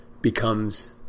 Becomes